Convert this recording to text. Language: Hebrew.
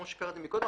כמו שקראתי קודם,